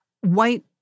white